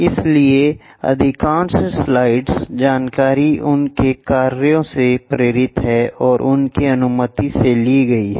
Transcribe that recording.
इसलिए अधिकांश स्लाइड्स जानकारी उनके कार्यों से प्रेरित है और उनकी अनुमति से ली गई है